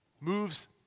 moves